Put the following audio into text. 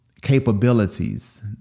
capabilities